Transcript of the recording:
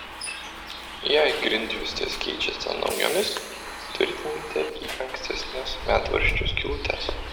jei grindjuostes keičiate naujomis tvirtinkite į ankstesnes medvaržčių skylutes